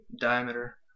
diameter